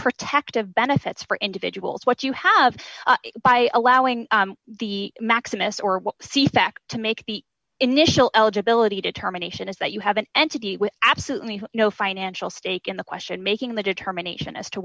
protective benefits for individuals what you have by allowing the maximus or c facts to make the initial eligibility determination is that you have an entity with absolutely no financial stake in the question making the determination as to